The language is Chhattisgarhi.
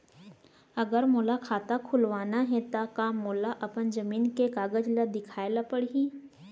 अगर मोला खाता खुलवाना हे त का मोला अपन जमीन के कागज ला दिखएल पढही?